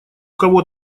кого